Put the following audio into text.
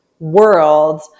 world